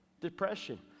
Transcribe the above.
depression